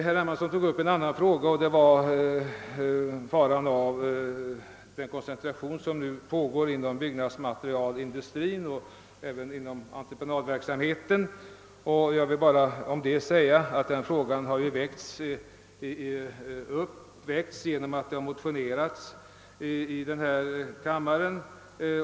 Herr Hermansson tog upp en annan fråga, nämligen faran av den koncentration som pågår inom byggnadsmaterialindustrin och även inom entreprenadverksamheten. Den frågan har ju väckts genom att det motionerats i denna kammare.